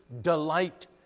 delight